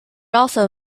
also